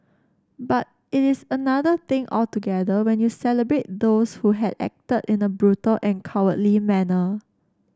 but it is another thing altogether when you celebrate those who had acted in a brutal and cowardly manner